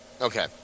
Okay